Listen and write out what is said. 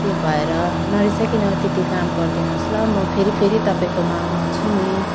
त्यही भएर नरिसाइकन त्यति काम गरिदिनु होस् ल म फेरि फेरि तपाईँकोमा आउँछु नि